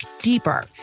deeper